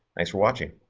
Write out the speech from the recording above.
thanks for watching.